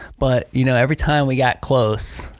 but you know every time we got close,